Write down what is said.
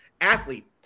athlete